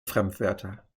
fremdwörter